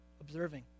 observing